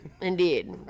Indeed